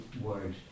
word